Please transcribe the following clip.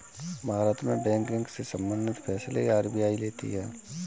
भारत में बैंकिंग से सम्बंधित फैसले आर.बी.आई लेती है